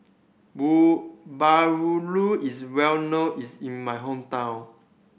bahulu is well known is in my hometown